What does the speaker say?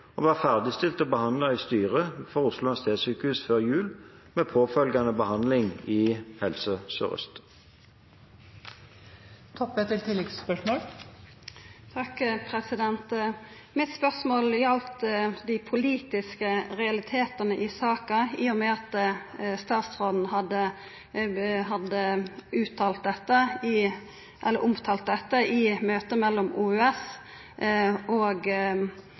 ferdigstilt og behandlet i styret for Oslo universitetssykehus før jul, med påfølgende behandling i Helse Sør-Øst. Mitt spørsmål gjaldt dei politiske realitetane i saka, i og med at statsråden hadde omtalt dette i møte mellom OUS og